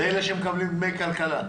מאלה שמקבלים דמי כלכלה.